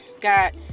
got